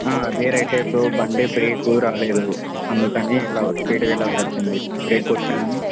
అదే రైటే బ్రో బండి బ్రేకు రాలేదు అందుకని ఇట్లా స్పీడ్గా వెళ్ళాల్సి వచ్చింది బ్రేక్ కొట్టినా గానీ